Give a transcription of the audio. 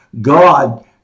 God